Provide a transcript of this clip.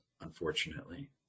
unfortunately